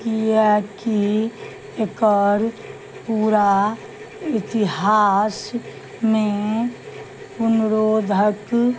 किआकि एकर पूरा इतिहासमे पुनरोधक